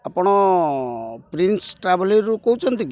ଆପଣ ପ୍ରିନ୍ସ ଟ୍ରାଭେଲସ୍ରୁ କହୁଛନ୍ତି କି